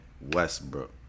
Westbrook